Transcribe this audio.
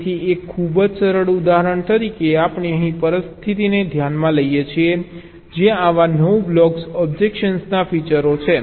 તેથી એક ખૂબ જ સરળ ઉદાહરણ તરીકે આપણે અહીં પરિસ્થિતિને ધ્યાનમાં લઈએ કે જ્યાં આવા 9 બ્લોક ઓબ્જેક્ટના ફીચરો છે